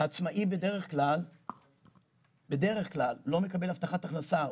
שעצמאי בדרך כלל לא מקבל הבטחת הכנסה,